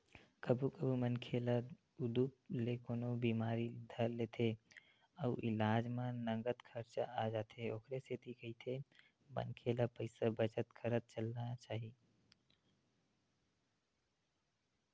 कभू कभू मनखे ल उदुप ले कोनो बिमारी धर लेथे अउ इलाज म नँगत खरचा आ जाथे ओखरे सेती कहिथे मनखे ल पइसा बचत करत चलना चाही